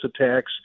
attacks